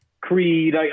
Creed